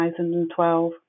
2012